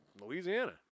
Louisiana